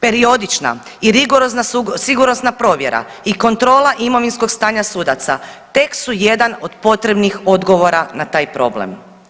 Periodična i rigorozna sigurnosna provjera i kontrola imovinskog stanja sudaca tek su jedan od potrebnih odgovora na taj problem.